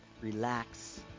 relax